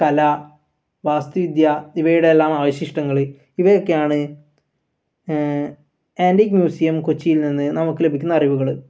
കല വാസ്തുവിദ്യ ഇവയുടെ എല്ലാം അവശിഷ്ടങ്ങള് ഇവയൊക്കെയാണ് ആൻറ്റിക് മ്യൂസിയം കൊച്ചിയിൽ നിന്ന് നമുക്ക് ലഭിക്കുന്ന അറിവുകൾ